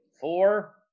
four